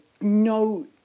no